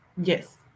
yes